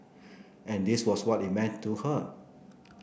and this was what it meant to her